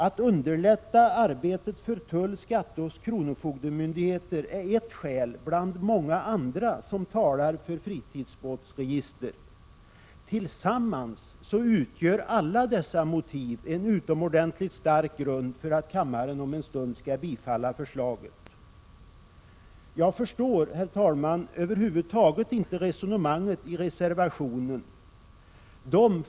Att underlätta arbetet för tull-, skatteoch kronofogdemyndigheterna är ett bland många andra skäl som talar för ett fritidsbåtsregister. Tillsammans utgör alla dessa motiv en utomordentligt stark grund för att kammaren om en stund skall bifalla förslaget. Herr talman! Jag förstår över huvud taget inte resonemanget i reservationen.